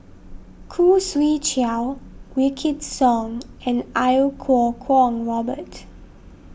Khoo Swee Chiow Wykidd Song and Iau Kuo Kwong Robert